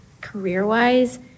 career-wise